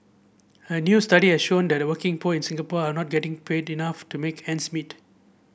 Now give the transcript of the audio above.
a new study has shown that the working poor in Singapore are not getting pay enough to make ends meet